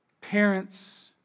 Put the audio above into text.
parents